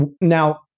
now